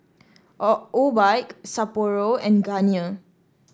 Obike Sapporo and Garnier